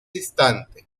distante